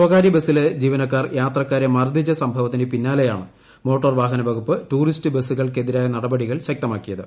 സ്വകാര്യ ബസിലെ ജീവനക്കാർ യാത്രക്കാരെ മർദ്ദിച്ച സംഭവത്തിന് പിന്നാലെയാണ് മോട്ടോർ വാഹനവകുപ്പ് ടൂറിസ്റ്റ് ബസൂകൾക്കെതിരായ നടപടികൾ ശക്തമാക്കിയത്